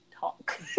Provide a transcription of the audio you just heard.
talk